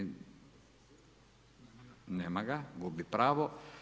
Nema ga, gubi pravo.